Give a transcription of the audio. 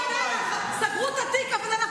שתפסיק לתמוך בטרור,